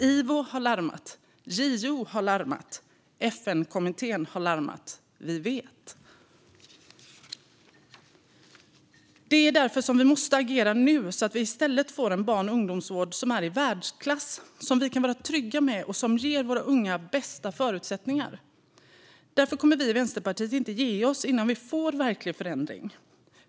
IVO har larmat, JO har larmat, FN-kommittén har larmat. Vi vet. Det är därför som vi måste agera nu, så att vi i stället får en barn och ungdomsvård som är i världsklass och som vi kan vara trygga med och som ger våra unga de bästa förutsättningarna. Därför kommer vi i Vänsterpartiet inte att ge oss innan vi får verklig förändring.